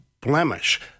blemish